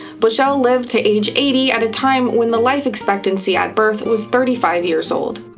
bushell lived to age eighty at a time when the life expectancy at birth was thirty five years old.